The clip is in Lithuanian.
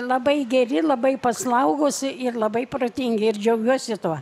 labai geri labai paslaugūs ir labai protingi ir džiaugiuosi tuo